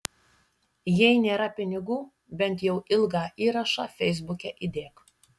jei nėra pinigų bent jau ilgą įrašą feisbuke įdėk